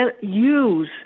use